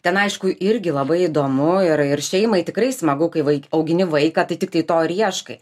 ten aišku irgi labai įdomu ir ir šeimai tikrai smagu kai vai augini vaiką tai tiktai to ir ieškai